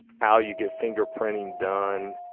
how you get fingerprinting done.